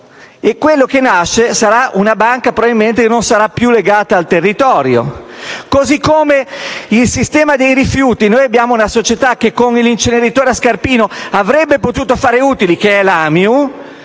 Quello che nascerà sarà una banca che probabilmente non sarà più legata al territorio. Così come, sul sistema dei rifiuti, abbiamo una società, l'AMIU, che con l'inceneritore a Scarpino avrebbe potuto fare utili e la